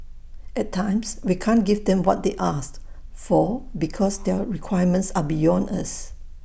at times we can't give them what they ask for because their requirements are beyond us